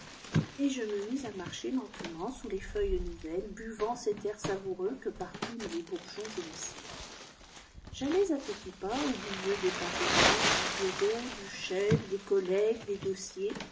et je me mis à marcher lentement sous les feuilles nouvelles buvant cet air savoureux cue parfument les bourgeons et les sèves j'allais à petits pas oublieux des paperasses du bureau du chef des collègues des dossiers